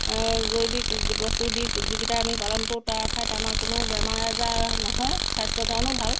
জৈৱিক বস্তু দি যিকেইটা আমি পালন কৰোঁ তাৰ ঠাইত আমাৰ কোনো বেমাৰ আজাৰ নহয় স্বাস্থ্যৰ কাৰণেও ভাল